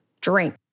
drink